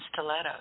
stilettos